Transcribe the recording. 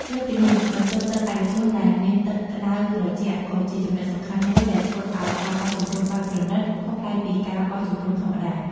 លើសពីនេះ បន្ទប់ទឹកឯកជនដែលមានទឹកក្តៅត្រជាក់ ក៏ជាចំណុចសំខាន់មួយដែលធ្វើឲ្យ ការបោះជំរំបែបប្រណីត ខុសប្លែកពីការបោះជំរុំធម្មតា។